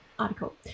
article